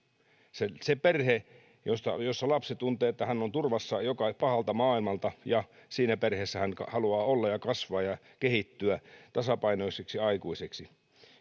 se se perhe jossa lapsi tuntee että hän on turvassa pahalta maailmalta ja siinä perheessä hän haluaa olla ja kasvaa ja kehittyä tasapainoiseksi aikuiseksi